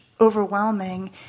overwhelming